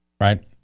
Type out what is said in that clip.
right